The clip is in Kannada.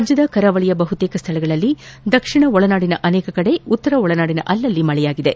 ರಾಜ್ಞದ ಕರಾವಳಿಯ ಬಹುತೇಕ ಸ್ವಳಗಳಲ್ಲಿ ದಕ್ಷಿಣ ಒಳನಾಡಿನ ಅನೇಕ ಕಡೆ ಉತ್ತರ ಒಳನಾಡಿನ ಅಲ್ಲಲ್ಲಿ ಮಳೆಯಾಗಿದೆ